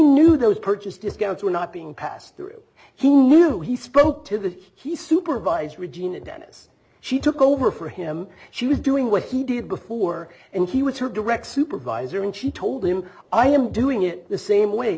knew those purchased discounts were not being passed through he knew he spoke to that he supervised regina dennis she took over for him she was doing what he did before and he was her direct supervisor and she told him i am doing it the same way